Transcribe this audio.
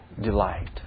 delight